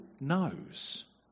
knows